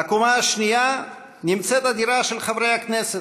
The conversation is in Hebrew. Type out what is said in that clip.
בקומה השנייה נמצאת הדירה של חברי הכנסת,